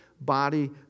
body